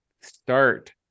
start